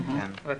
(6)